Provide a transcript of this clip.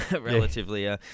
relatively